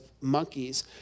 monkeys